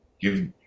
give